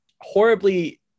horribly